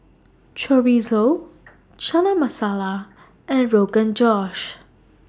Chorizo Chana Masala and Rogan Josh